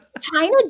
China